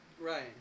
Right